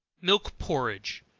milk porridge.